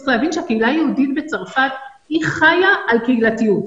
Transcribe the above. צריך להבין שהקהילה היהודית בצרפת היא חיה על קהילתיות,